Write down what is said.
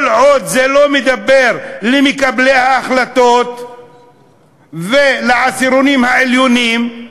כל עוד זה לא מדבר למקבלי ההחלטות ולעשירונים העליונים,